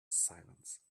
silence